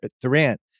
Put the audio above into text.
Durant